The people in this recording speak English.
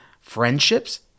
friendships